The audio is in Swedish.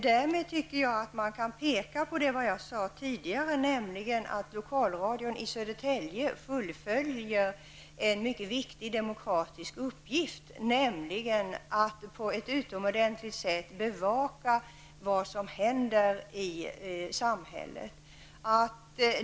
Därför tycker jag att man kan framhålla vad jag sade tidigare, nämligen att lokalradion i Södertälje har en mycket viktig demokratisk uppgift när den på ett utomordentligt sätt bevakar vad som händer i samhället.